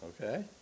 okay